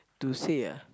to say ah